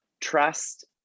trust